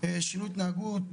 שינוי התנהגות,